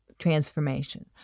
transformation